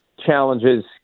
challenges